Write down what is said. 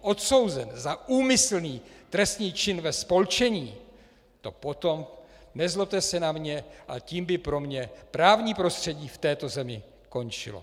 odsouzen za úmyslný trestný čin ve spolčení, to potom, nezlobte se na mne, tím by pro mne právní prostředí v této zemi končilo.